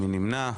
מי נמנע?